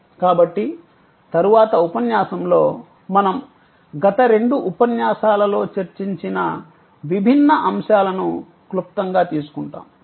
కాబట్టి తరువాతి ఉపన్యాసంలో మనం గత రెండు ఉపన్యాసాలలో చర్చించిన విభిన్న అంశాలను క్లుప్తంగా తీసుకుంటాము